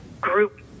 group